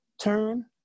turn